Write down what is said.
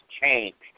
changed